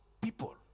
people